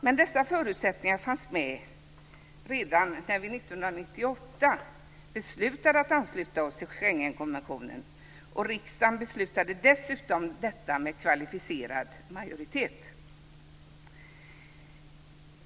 Men dessa förutsättningar fanns med redan när vi 1998 beslutade att ansluta oss till Schengenkonventionen, och riksdagen fattade dessutom detta beslut med kvalificerad majoritet.